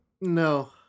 No